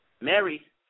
Mary